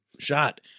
shot